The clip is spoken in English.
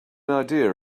idea